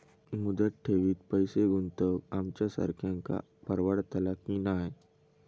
मुदत ठेवीत पैसे गुंतवक आमच्यासारख्यांका परवडतला की नाय?